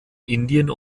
indien